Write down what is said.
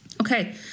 Okay